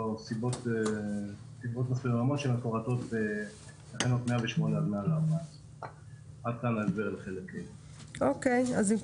מסיבות אחרות שמפורטות בתקנות 108 עד 114. עד כאן ההסבר לחלק ה'.